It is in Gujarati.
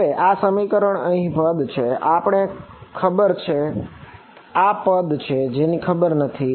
હવે આ સમીકરણ માં અહીં પદ છે જે આપણને ખબર છે અને આ એ પદ છે જેની ખબર નથી